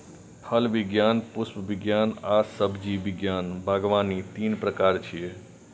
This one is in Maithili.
फल विज्ञान, पुष्प विज्ञान आ सब्जी विज्ञान बागवानी तीन प्रकार छियै